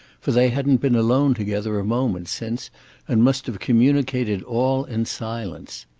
for they hadn't been alone together a moment since and must have communicated all in silence.